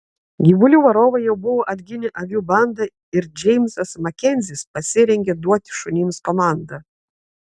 gyvulių varovai jau buvo atginę avių bandą ir džeimsas makenzis pasirengė duoti šunims komandą